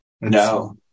No